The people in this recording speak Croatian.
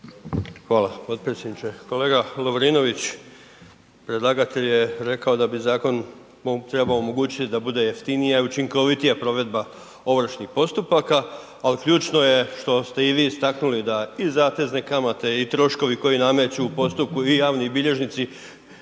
Hvala potpredsjedniče. Kolega Lovrinović, predlagatelj je rekao da bi zakon trebao omogućiti da bude jeftinija a i učinkovitija provedba ovršnih postupaka. Ali ključno je što ste i vi istaknuli da i zatezne kamate i troškovi koji nameću u postupku i javni bilježnici